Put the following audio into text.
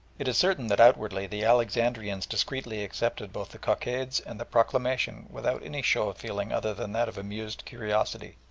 it is certain that outwardly the alexandrians discreetly accepted both the cockades and the proclamation without any show of feeling other than that of amused curiosity.